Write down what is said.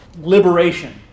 liberation